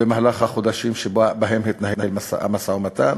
במהלך החודשים שבהם התנהל המשא-ומתן,